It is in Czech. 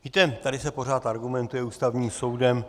Víte, tady se pořád argumentuje Ústavním soudem.